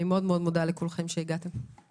תודה לכולם שהגעתם הישיבה